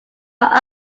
over